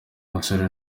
munsi